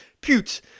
Pute